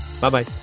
bye-bye